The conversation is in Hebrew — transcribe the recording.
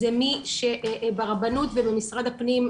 זה מי שברבנות ובמשרד הפנים,